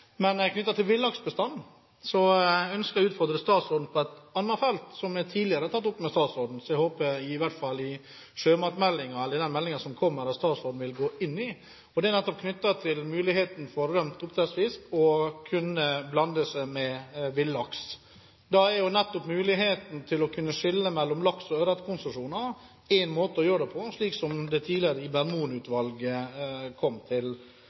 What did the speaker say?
ønsker jeg å utfordre statsråden på et annet felt som jeg tidligere har tatt opp med statsråden, som jeg håper statsråden i hvert fall i sjømatmeldingen, eller i den meldingen som kommer, vil gå inn i. Det er knyttet til muligheten for at rømt oppdrettsfisk kan blande seg med villaks. Da er jo nettopp muligheten til å kunne skille mellom laksekonsesjoner og ørretkonsesjoner én måte å gjøre det på, slik som det tidligere Rieber-Mohn-utvalget kom til.